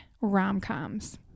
rom-coms